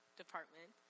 department